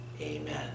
Amen